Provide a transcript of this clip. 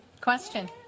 Question